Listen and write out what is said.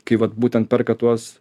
kai vat būtent perkat tuos